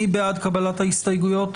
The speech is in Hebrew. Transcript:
מי בעד קבלת ההסתייגויות,